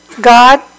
God